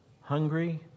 hungry